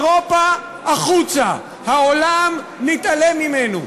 אירופה, החוצה, העולם, נתעלם ממנו.